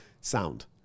sound